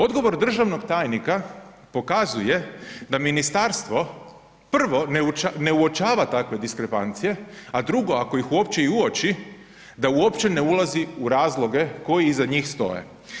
Odgovor državnog tajnika pokazuje da ministarstvo prvo ne uočava takve diskrepancije, a drugo, ako ih uopće i uoči da uopće ne ulazi u razloge koji iza njih stoje.